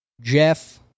Jeff